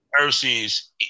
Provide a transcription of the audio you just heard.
Versus